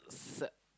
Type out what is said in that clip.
s~